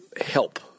help